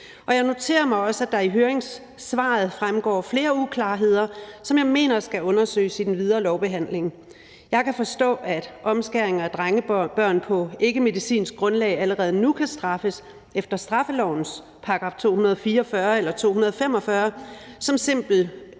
Jeg noterer mig også, at der i høringssvaret fremgår flere uklarheder, som jeg mener skal undersøges i den videre lovbehandling. Jeg kan forstå, at omskæringer af drengebørn på ikkemedicinsk grundlag allerede nu kan straffes efter straffelovens § 244 eller 245 om simpel eller